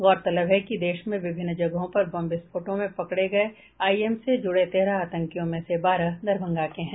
गौरतलब है कि देश में विभिन्न जगहों पर बम विस्फोटों में पकड़े गये आईएम से जुड़े तेरह आतंकियों में से बारह दरभंगा के हैं